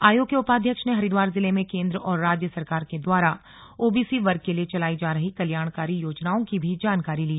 आयोग के उपाध्यक्ष ने हरिद्वार जिले में केन्द्र और राज्य सरकार के द्वारा ओबीसी वर्ग के लिए चलाई जा रही कल्याणकारी योजनाओं की भी जानकारी ली